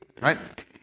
right